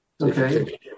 Okay